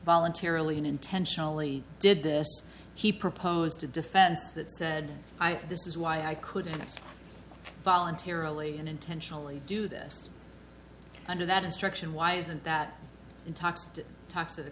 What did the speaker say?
voluntarily and intentionally did this he proposed a defense that said i this is why i couldn't voluntarily and intentionally do this under that instruction why isn't that intoxicated talks to the